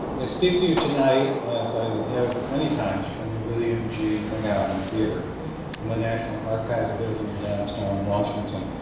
i speak to you tonight as i have many times from the william g. mcgowan theatre and the national archives building in downtown washington.